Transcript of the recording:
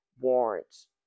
warrants